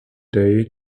day